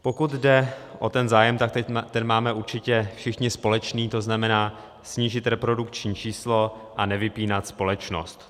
Pokud jde o ten zájem, tak ten máme určitě všichni společný, to znamená snížit reprodukční číslo a nevypínat společnost.